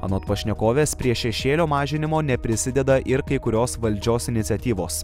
anot pašnekovės prie šešėlio mažinimo neprisideda ir kai kurios valdžios iniciatyvos